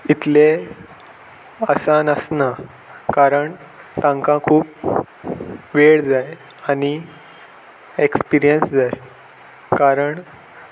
इतलें आसान आसना कारण तांकां खूब वेळ जाय आनी एक्सपिरियन्स जाय कारण